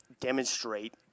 demonstrate